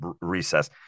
recess